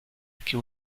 que